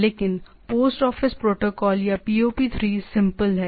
लेकिन post office protocol या POP 3 simple है